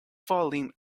falling